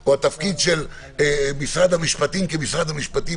או התפקיד של משרד המשפטים כמשרד המשפטים,